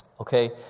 Okay